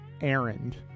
errand